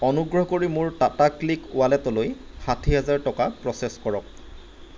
অনুগ্ৰহ কৰি মোৰ টাটা ক্লিক ৱালেটলৈ ষাঠি হাজাৰ টকা প্ৰ'চেছ কৰক